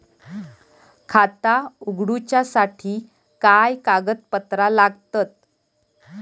खाता उगडूच्यासाठी काय कागदपत्रा लागतत?